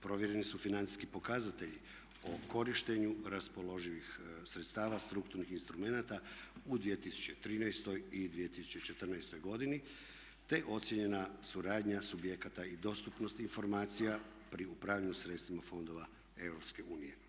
Provjereni su financijski pokazatelji o korištenju raspoloživih sredstava strukturnih instrumenata u 2013. i 2014. godini, te ocijenjena suradnja subjekata i dostupnosti informacija pri upravljanju sredstvima fondova EU.